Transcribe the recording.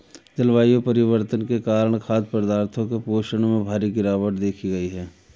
जलवायु परिवर्तन के कारण खाद्य पदार्थों के पोषण में भारी गिरवाट देखी गयी है